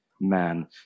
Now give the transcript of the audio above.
Man